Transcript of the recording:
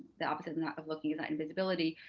the opposite and of looking at that in visibility,